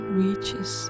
reaches